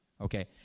Okay